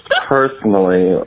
personally